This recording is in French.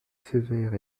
sévère